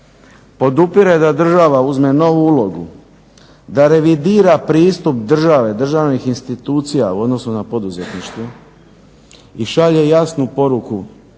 podupire da država uzme novu ulogu, da revidira pristup države, državnih institucija u odnosu na poduzetništvo i šalje jasnu poruku